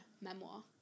memoir